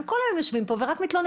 הם כל היום יושבים פה ורק מתלוננים.